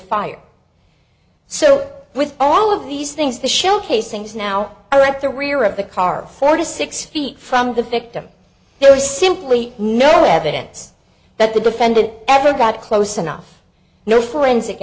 fire so with all of these things the shell casings now are at the rear of the car four to six feet from the victim there is simply no evidence that the defendant ever got close enough no forensic